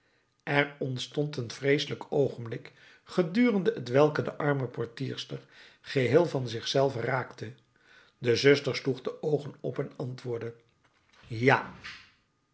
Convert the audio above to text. er ontstond een vreeselijk oogenblik gedurende t welk de arme portierster geheel van zich zelve raakte de zuster sloeg de oogen op en antwoordde ja